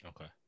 Okay